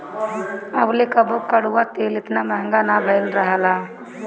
अबले कबो कड़ुआ तेल एतना महंग ना भईल रहल हअ